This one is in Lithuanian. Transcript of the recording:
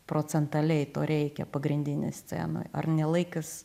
procentaliai to reikia pagrindinėj scenoj ar ne laikas